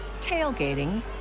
tailgating